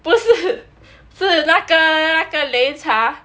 不是是那个擂茶